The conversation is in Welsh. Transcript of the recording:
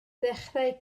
ddechrau